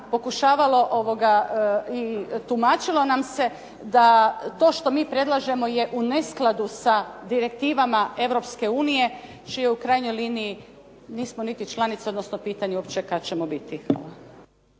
pokušavalo i tumačilo nam se da to što mi predlažemo je u neskladu sa direktivama Europske unije. Čiju u krajnjoj liniji nismo niti članica, odnosno pitanje uopće kada ćemo biti.